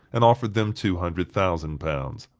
and offered them two hundred thousand pounds.